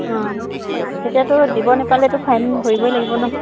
অঁ এতিয়াতো দিব নাপালেতো ফাইন ভৰিবই লাগিব নহ্